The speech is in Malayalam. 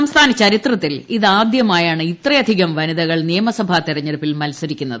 സംസ്ഥാന ചരിത്രത്തിൽ ഇത് ആദ്യമായാണ് ഇത്രയധികം വനിതകൾ നിയമസഭാ തെരഞ്ഞെടുപ്പിൽ മത്സരിക്കുന്നത്